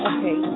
Okay